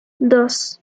dos